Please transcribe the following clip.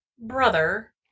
brother